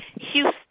Houston